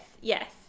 yes